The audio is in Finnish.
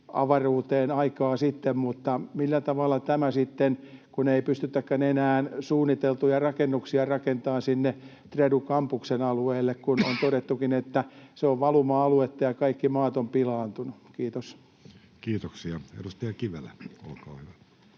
avaruuteen aikaa sitten. Mutta millä tavalla tässä sitten toimitaan, kun ei pystytäkään enää suunniteltuja rakennuksia rakentamaan sinne Tredun kampuksen alueelle, kun onkin todettu, että se on valuma-aluetta ja kaikki maat ovat pilaantuneet? — Kiitos. [Speech 123] Speaker: